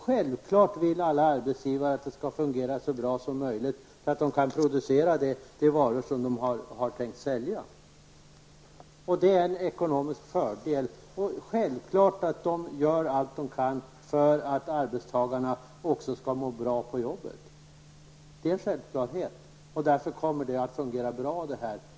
Självfallet vill alla arbetsgivare att det skall fungera så bra som möjligt, så att de kan producera de varor som de har tänkt sälja. Det är en ekonomisk fördel. Självfallet gör de allt vad de kan för att arbetstagarna skall må bra på jobbet. Därför kommer detta att fungera bra.